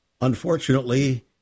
unfortunately